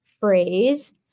phrase